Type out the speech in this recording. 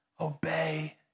obey